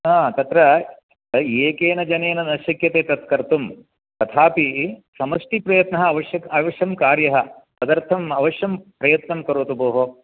अ तत्र एकेन जनेन न शक्यते तद्कर्तुं तथापि समष्टिप्रयत्नः अवश्यक अवश्यं कार्यः तदर्थम् अवश्यं प्रयत्नं करोतु भोः